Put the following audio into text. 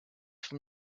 from